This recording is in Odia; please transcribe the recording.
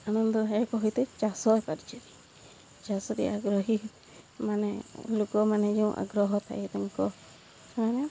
ଆନନ୍ଦଦାୟକ ହୁଏ ଚାଷ କାର୍ଯ୍ୟରେ ଚାଷରେ ଆଗ୍ରହୀ ମାନେ ଲୋକମାନେ ଯେଉଁ ଆଗ୍ରହ ଥାଏ ତାଙ୍କ ସେମାନେ